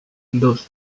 dos